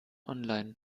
online